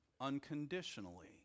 unconditionally